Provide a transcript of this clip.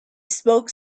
spoke